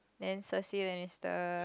then see you on insta